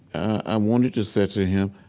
i wanted to say to him,